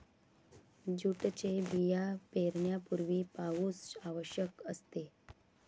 जूटचे बिया पेरण्यापूर्वी पाऊस आवश्यक असते